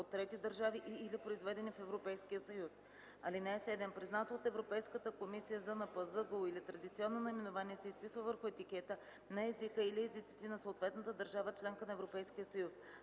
от трети държави и/или произведени в Европейския съюз. (7) Признато от Европейската комисия ЗНП, ЗГУ или традиционно наименование се изписва върху етикета на езика или езиците на съответната държава-членка на Европейския съюз.